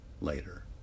later